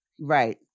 Right